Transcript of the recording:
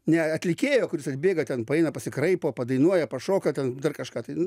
ne atlikėjo kuris atbėga ten paeina pasikraipo padainuoja pašoka ten dar kažką tai